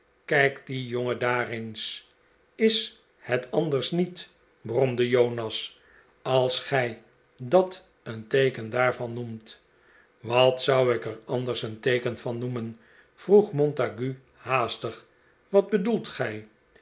kijk dien jongen daar eens is het anders niet bromde jonas als gij dat een teeken daarvan noemt wat zou ik er anders een teeken van noemen vroeg montague haastig wat bedoelt gij